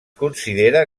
considera